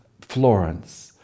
Florence